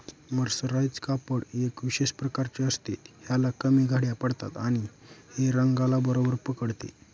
mercerise कापड एका विशेष प्रकारचे असते, ह्याला कमी घड्या पडतात आणि हे रंगाला बरोबर पकडते